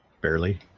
barely